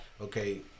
Okay